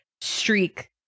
streak